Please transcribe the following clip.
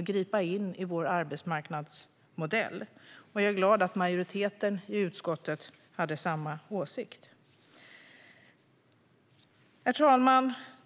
gripa in i vår arbetsmarknadsmodell, och jag är glad att majoriteten i utskottet har samma åsikt. Herr talman!